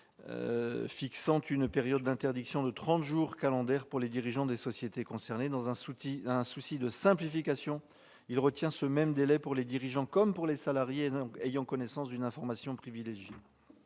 fixe une période d'interdiction de trente jours calendaires pour les dirigeants des sociétés concernées. Dans un souci de simplification, il retient ce même délai pour les dirigeants comme pour les salariés ayant connaissance d'une information privilégiée.